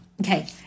okay